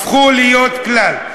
הפכו להיות כלל.